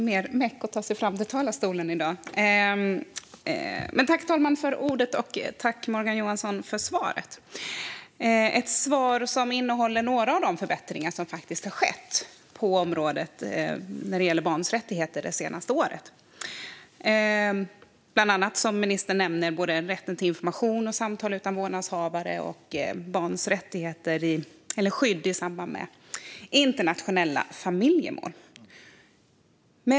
Herr talman! Tack, Morgan Johansson, för svaret! Det är ett svar som innehåller några av de förbättringar som faktiskt har skett på området barns rättigheter det senaste året, bland annat, som ministern nämner, rätten till information och samtal utan vårdnadshavare liksom barns skydd i samband med internationella familjemål.